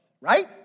right